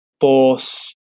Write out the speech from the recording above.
force